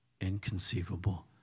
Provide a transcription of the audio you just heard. inconceivable